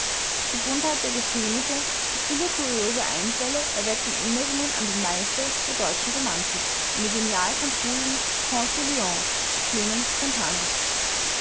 die buntheit der geschehnisse die fülle kurioser einfälle erwecken erinnerungen an den meister der deutschen romantik an den genial konfusen ponce de leon clemens brentanos